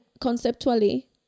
conceptually